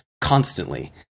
constantly